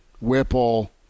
Whipple